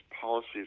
policies